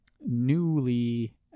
Newly